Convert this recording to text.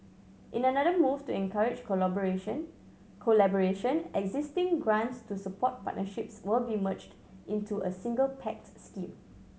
in another move to encourage collaboration existing grants to support partnerships will be merged into a single pact scheme